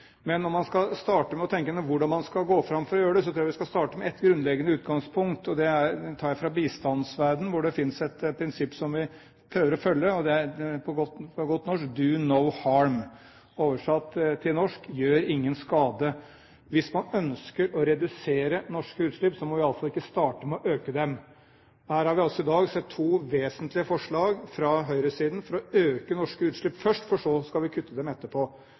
Men når man skal tenke gjennom hvordan man skal gå fram for å gjøre det, tror jeg vi skal starte med et grunnleggende utgangspunkt, og det tar jeg fra bistandsverdenen, hvor det finnes et prinsipp som vi prøver å følge, og det er: «Do no harm», som oversatt til norsk betyr: Gjør ingen skade. Hvis man ønsker å redusere norske utslipp, må vi iallfall ikke starte med å øke dem. Her har vi i dag sett to vesentlige forslag fra høyresiden om først å øke norske utslipp, for så å kutte dem etterpå.